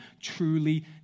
truly